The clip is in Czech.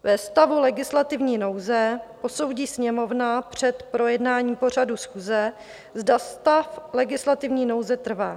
Ve stavu legislativní nouze posoudí Sněmovna před projednáním pořadu schůze, zda stav legislativní nouze trvá.